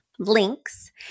links